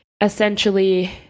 essentially